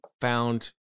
found